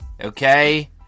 okay